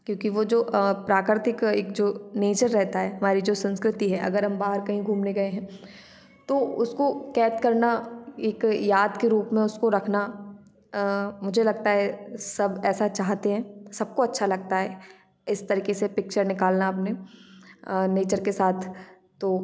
क्योंकि वो जो अ प्राकृतिक एक जो नेचर रहता है हमारी जो संस्कृति है अगर हम बाहर कहीं घूमने गए हैं तो उसको कैद करना एक याद के रूप में उसको रखना अ मुझे लगता है सब ऐसा चाहते हैं सबको अच्छा लगता है इस तरीके से पिक्चर निकालना अपने अ नेचर के साथ तो